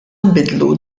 nbiddlu